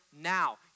now